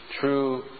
true